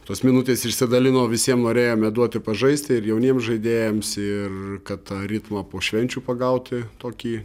tos minutės išsidalino visiem norėjome duoti pažaisti ir jauniem žaidėjams ir kad tą ritmą po švenčių pagauti tokį